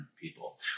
people